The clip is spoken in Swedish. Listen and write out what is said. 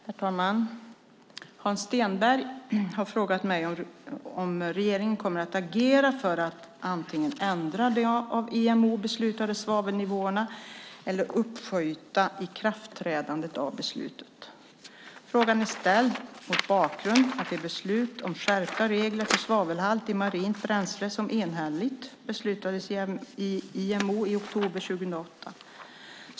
Herr talman! Hans Stenberg har frågat mig om regeringen kommer att agera för att antingen ändra de av IMO beslutade svavelnivåerna eller uppskjuta ikraftträdandet av beslutet. Frågan är ställd mot bakgrund av det beslut om skärpta regler för svavelhalt i marint bränsle som enhälligt beslutades i IMO i oktober 2008.